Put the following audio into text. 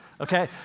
okay